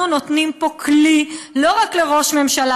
אנחנו נותנים פה כלי לא רק לראש הממשלה,